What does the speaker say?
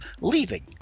leaving